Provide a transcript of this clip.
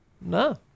No